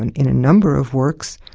and in a number of works,